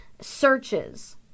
searches